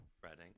Fretting